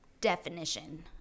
definition